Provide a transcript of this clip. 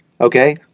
Okay